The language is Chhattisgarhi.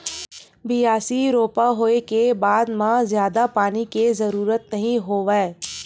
बियासी, रोपा होए के बाद म जादा पानी के जरूरत नइ होवय